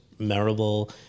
memorable